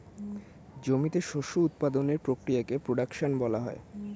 জমিতে শস্য উৎপাদনের প্রক্রিয়াকে প্রোডাকশন বলা হয়